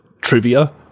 trivia